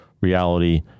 reality